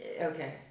okay